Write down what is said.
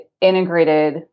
integrated